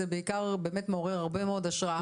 אלא שזה באמת מעורר הרבה מאוד השראה.